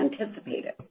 anticipated